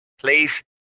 please